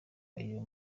ayo